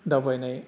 दावबायनाय